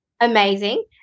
Amazing